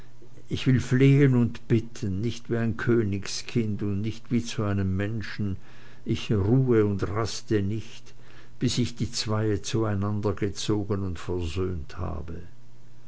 ich will flehen und bitten nicht wie ein königskind und nicht wie zu einem menschen ich ruhe und raste nicht bis ich die zweie zueinander gezogen und versöhnt habe